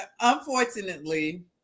unfortunately